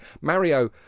Mario